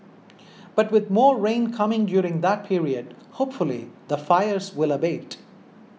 but with more rain coming during that period hopefully the fires will abate